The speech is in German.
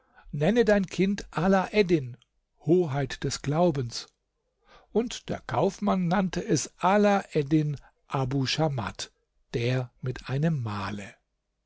nenne dein kind ala eddin hoheit des glaubens und der kaufmann nannte es ala eddin abu schamat der mit einem male